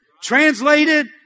Translated